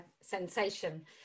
sensation